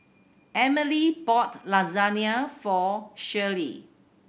Emilee bought Lasagne for Shirley